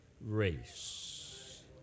race